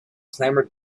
clamored